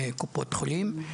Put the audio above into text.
קופות חולים.